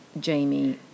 Jamie